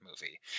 movie